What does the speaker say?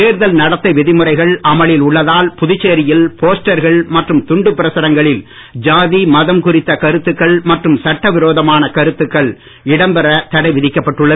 தேர்தல் நடத்தை விதிமுறைகள் அமலில் உள்ளதால் புதுச்சேரியில் போஸ்டர்கள் மற்றும் துண்டு பிரசுரங்களில் ஜாதி மதம் குறித்த கருத்துக்கள் மற்றும் சட்ட விரோதமான கருத்துக்கள் இடம்பெற தடைவிதிக்கப்பட்டுள்ளது